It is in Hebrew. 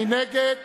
מי נגד?